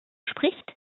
spricht